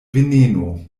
veneno